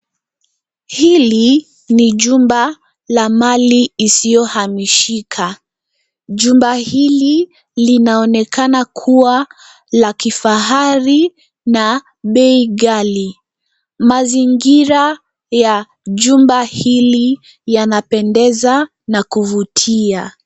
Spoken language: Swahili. Hili ni jumba la mali isiyohamishika. Jumba hili linaonekana kuwa kuwa la kifahari na bei ghali. Mazingira ya jumba hili yanapendeza na kuvutia.